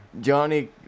Johnny